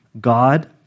God